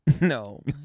No